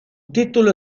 título